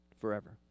forever